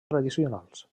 tradicionals